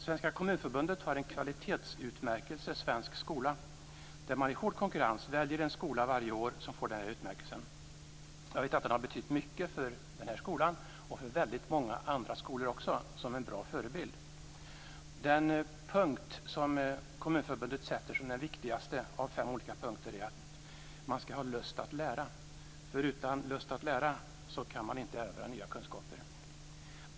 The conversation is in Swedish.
Svenska kommunförbundet har en kvalitetsutmärkelse - Svensk Skola. Man väljer i hård konkurrens varje år en skola som får denna utmärkelse. Jag vet att den har betytt mycket för många skolor, och den utvalda skolan har varit en bra förebild. Den punkt som Kommunförbundet anser vara den viktigaste av fem olika punkter gäller att man ska ha lust att lära, för utan lust att lära kan man inte erövra nya kunskaper.